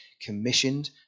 commissioned